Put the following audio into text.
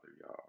y'all